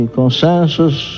consensus